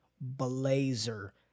blazer